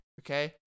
Okay